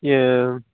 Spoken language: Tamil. ஏ